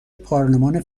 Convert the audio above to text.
پارلمان